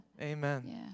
Amen